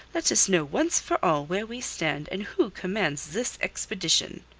let us know once for all where we stand, and who commands this expedition.